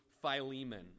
Philemon